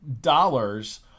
dollars